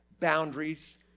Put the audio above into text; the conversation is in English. boundaries